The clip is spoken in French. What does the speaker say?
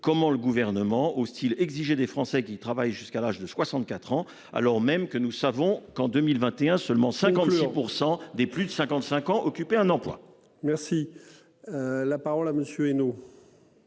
Comment le gouvernement hostile exiger des Français qui travaillent jusqu'à l'âge de 64 ans alors même que nous savons qu'en 2021, seulement 56% des plus de 55 ans occupé un emploi. Merci. La parole à monsieur